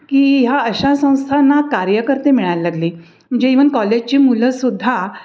की ह्या अशा संस्थांना कार्यकर्ते मिळायला लागले म्हणजे इव्हन कॉलेजची मुलं सुद्धा